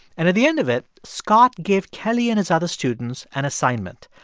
and at the end of it, scott gave kellie and his other students an assignment.